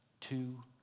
two